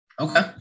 Okay